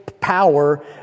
power